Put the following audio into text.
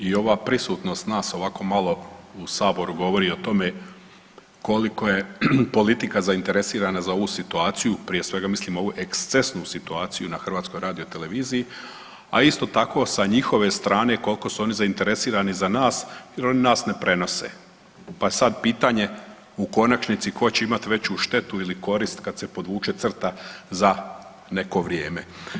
I ova prisutnost nas ovako malo u Saboru govori o tome koliko je politika zainteresirana za ovu situaciju, prije svega mislim ovu ekscesnu situaciju na HRT-u, a isto tako da njihove strane koliko su oni zainteresirani za nas jer oni nas ne prenose, pa sad pitanje u konačnici ko će imati veću štetu ili korist kad se podvuče crta za neko vrijeme.